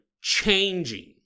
changing